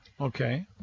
Okay